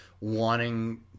wanting